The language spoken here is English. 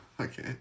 Okay